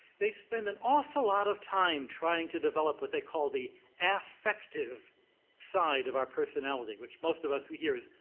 they spend an awful lot of time trying to develop what they call the affective side of our personality which most of us here is,